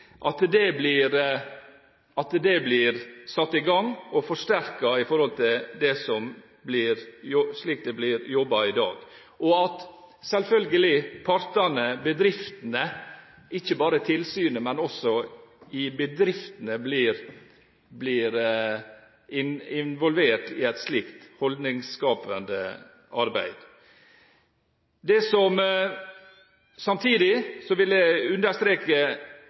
blir satt i gang og forsterket i forhold til slik det blir jobbet i dag, og at partene, bedriftene, ikke bare tilsynet, selvfølgelig blir involvert i et slikt holdningsskapende arbeid. Samtidig vil jeg understreke veldig sterkt det som